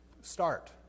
start